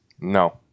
No